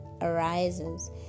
arises